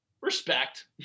respect